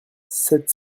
sept